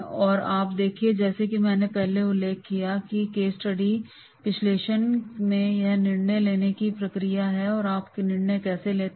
अब आप देखिए जैसा कि मैंने पहले उल्लेख किया है कि केस स्टडी विश्लेषण में यह निर्णय लेने की प्रक्रिया है कि आप कैसे निर्णय लेते हैं